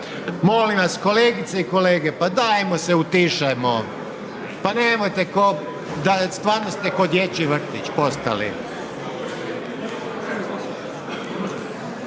Molim vas kolegice i kolege, pa dajmo se utišajmo, pa nemojte da, stvarno ste ko dječji vrtić postali.